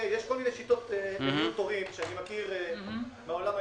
יש כל מיני שיטות לניהול תורים שאני מכיר מהעולם היזמי-העסקי.